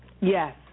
Yes